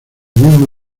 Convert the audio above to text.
mismo